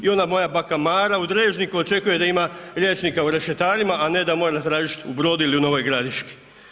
I onda moja baka Mara Drežniku očekuje da ima liječnika u Rešetarima a ne da mora tražiti u Brodu ili u Novoj Gradiški.